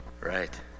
Right